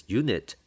unit